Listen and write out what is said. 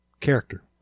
Character